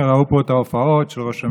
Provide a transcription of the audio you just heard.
שראו פה את ההופעות של ראש הממשלה,